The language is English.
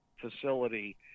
facility